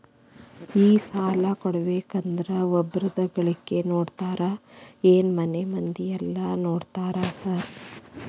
ಈ ಸಾಲ ಕೊಡ್ಬೇಕಂದ್ರೆ ಒಬ್ರದ ಗಳಿಕೆ ನೋಡ್ತೇರಾ ಏನ್ ಮನೆ ಮಂದಿದೆಲ್ಲ ನೋಡ್ತೇರಾ ಸಾರ್?